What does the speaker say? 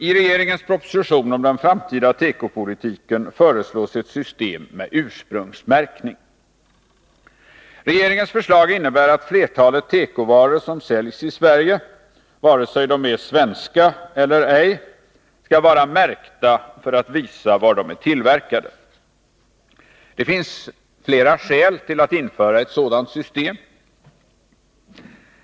I regeringens proposition om den framtida tekopolitiken föreslås ett system med ursprungsmärkning. Regeringens förslag innebär att flertalet tekovaror som säljs i Sverige — vare sig de är svenska eller inte — skall vara märkta för att visa var de är tillverkade. Det finns många skäl till att införa ett sådant system.